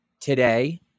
today